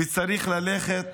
וצריך ללכת